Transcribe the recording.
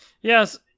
Yes